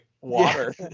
water